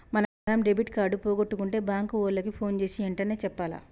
మనం debit card పోగొట్టుకుంటే bank ఓళ్ళకి పోన్ జేసీ ఎంటనే చెప్పాల